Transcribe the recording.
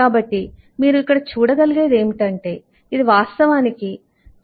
కాబట్టి మీరు ఇక్కడ చూడగలిగేది ఏమిటంటే ఇది వాస్తవానికి 12